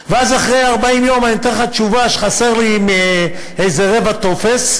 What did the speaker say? ואז אחרי 40 יום אני אתן לך תשובה שחסר לי איזה רבע טופס,